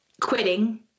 quitting